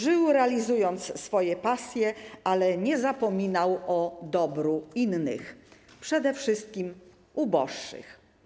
Żył, realizując swoje pasje, ale nie zapominał o dobru innych, przede wszystkim uboższych.